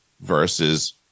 Versus